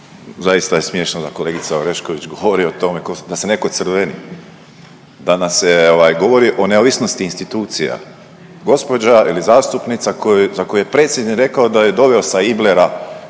zaista je smiješno da kolegica Orešković govori o tome da se neko crveni. Danas se ovaj govori o neovisnosti institucija. Gospođa ili zastupnica za koju je predsjednik rekao da je doveo sa Iblera